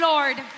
Lord